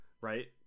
right